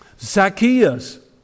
Zacchaeus